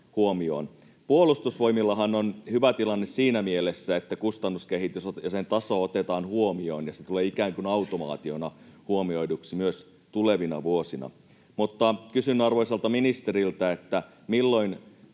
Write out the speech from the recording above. Puolustusvoimillahan on hyvä tilanne siinä mielessä, että kustannuskehitys ja sen taso otetaan huomioon ja se tulee ikään kuin automaationa huomioiduksi myös tulevina vuosina, mutta kysyn arvoisalta ministeriltä: milloin